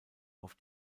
auf